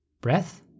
breath